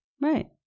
Right